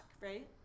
right